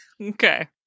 Okay